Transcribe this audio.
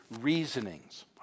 reasonings